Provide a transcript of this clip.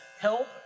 help